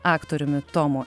aktoriumi tomu